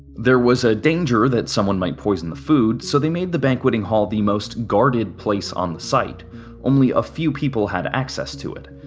there was a danger that someone might poison the food, so they made the banqueting hall the most guarded place on the site only a few people had access to it.